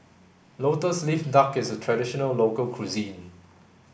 lotus leaf duck is a traditional local cuisine